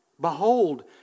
Behold